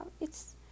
It's